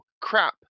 crap